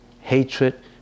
hatred